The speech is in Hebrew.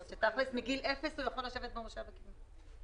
מגיל אפס הוא יכול לשבת במושב הקדמי.